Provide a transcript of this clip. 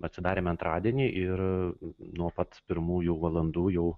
atsidarėme antradienį ir nuo pat pirmųjų valandų jau